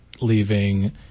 leaving